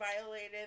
violated